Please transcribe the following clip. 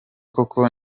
koko